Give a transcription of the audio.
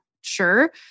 sure